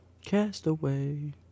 Castaway